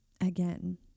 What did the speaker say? again